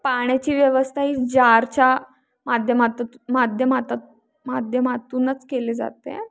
पाण्याची व्यवस्था ही जारच्या माध्यमात माध्यमात माध्यमातूनच केली जाते